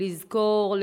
לזכור,